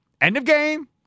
end-of-game